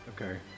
Okay